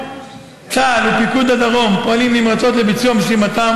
צה"ל ופיקוד הדרום פועלים נמרצות לביצוע משימתם